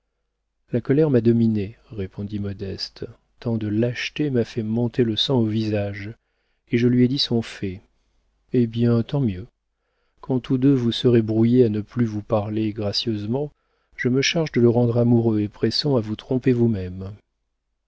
la colère m'a dominée répondit modeste tant de lâcheté m'a fait monter le sang au visage et je lui ai dit son fait eh bien tant mieux quand tous deux vous serez brouillés à ne plus vous parler gracieusement je me charge de le rendre amoureux et pressant à vous tromper vous-même